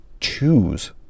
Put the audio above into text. choose